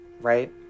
right